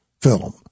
film